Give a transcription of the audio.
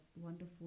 wonderful